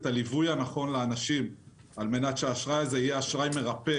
הליווי הנכון לאנשים על מנת שהאשראי הזה יהיה אשראי מרפא